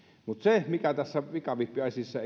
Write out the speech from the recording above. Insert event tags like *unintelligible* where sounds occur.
mutta se mikä tässä pikavippiasiassa *unintelligible*